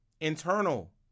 internal